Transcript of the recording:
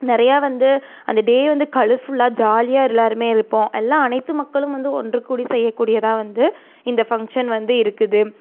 நிறையா வந்து அந்த டே வந்து கலர்ஃபுல்லாக ஜாலியாக எல்லோருமே இருப்போம் எல்லா அனைத்து மக்களும் வந்து ஒன்று கூடி செய்யக்கூடியதாக வந்து இந்த ஃபங்ஷன் வந்து இருக்குது